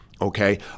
Okay